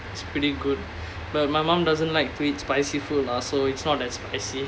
it's pretty good but my mum doesn't like to eat spicy food lah so it's not as spicy